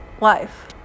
life